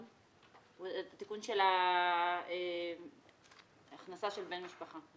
תיקון של ההכנסה של בן משפחה.